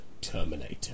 Terminator